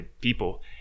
people